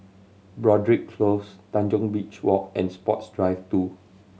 Broadrick Close Tanjong Beach Walk and Sports Drive Two